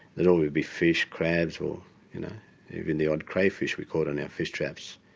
there'd always be fish, crabs, or even the odd crayfish we caught in our fish traps.